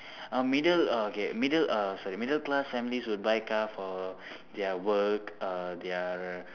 uh middle uh okay middle uh sorry middle class families will buy cars for their work uh their